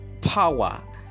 power